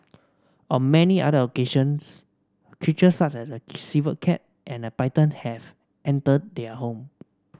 on many other occasions creatures such as a civet cat and a python have entered their home